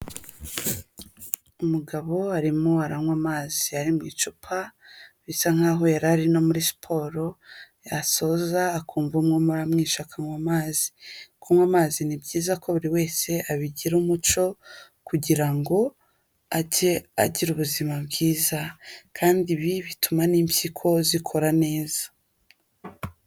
Umugabo arimo aranywa amazi ari mu icupa bisa nkaho yari ari no muri siporo yasoza akumva umwuma amwishe akanywa mazi, kunywa amazi ni byiza ko buri wese abigira umuco kugira ngo ajye agira ubuzima bwiza kandi ibi bituma n'impyiko zikora neza.